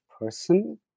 person